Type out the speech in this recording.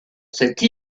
cette